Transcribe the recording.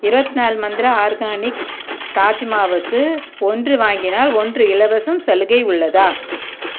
இருவத்தினாலு Mantra organic ராஜ்மாவுக்கு ஒன்று வாங்கினால் ஒன்று இலவசம் சலுகை உள்ளதா